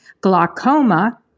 glaucoma